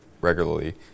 regularly